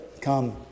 come